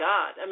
God